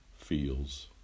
feels